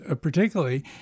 particularly